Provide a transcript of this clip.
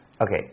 Okay